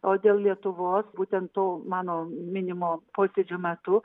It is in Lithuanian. o dėl lietuvos būtent to mano minimo posėdžio metu